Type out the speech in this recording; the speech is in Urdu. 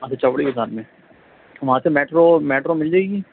ہاں تو چاوڑی کے سامنے وہاں سے میٹرو میٹرو مل جائے گی